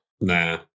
Nah